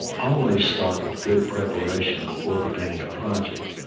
always start with good preparation before beginning a project.